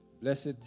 Blessed